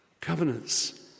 Covenants